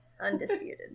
Undisputed